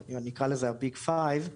נקרא לזה "חמשת הגדולים",